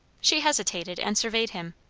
she hesitated, and surveyed him.